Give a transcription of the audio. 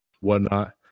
whatnot